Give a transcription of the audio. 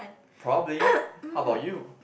probably how about you